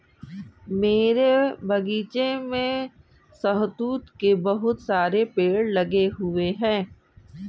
मेरे बगीचे में शहतूत के बहुत सारे पेड़ लगे हुए हैं